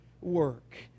work